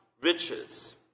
riches